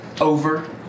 over